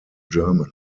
german